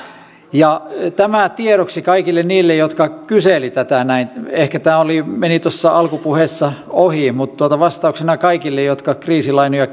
tämä tiedoksi kaikille niille jotka kyselivät tätä ehkä tämä meni tuossa alkupuheessa ohi mutta tämä vastauksena kaikille jotka kriisilainoista